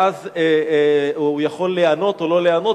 ואז הוא יכול להיענות או לא להיענות,